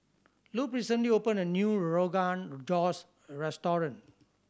Lupe recently opened a new Rogan Josh Restaurant